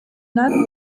not